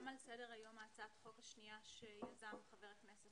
על סדר היום גם הצעת החוק השנייה שיזם חבר הכנסת